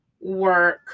work